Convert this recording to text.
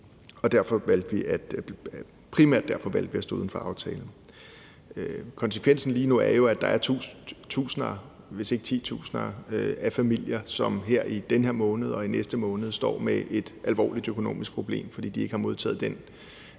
Og primært derfor valgte vi at stå uden for aftalen. Konsekvensen lige nu er jo, at der er tusinder, hvis ikke titusinder af familier, som her i denne måned og i næste måned står med et alvorligt økonomisk problem, fordi de ikke har modtaget den